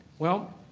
well,